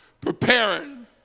preparing